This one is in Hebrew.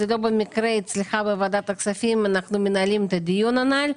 לא במקרה אצלך בוועדת הכספים אנחנו מנהלים את הדיון הנ"ל,